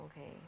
Okay